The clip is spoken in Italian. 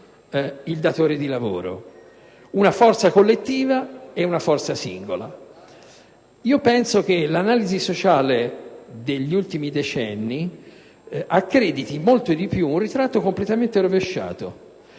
il datore di lavoro, una forza collettiva e una forza singola. Io ritengo che l'analisi sociale degli ultimi decenni accrediti molto di più un ritratto completamente rovesciato: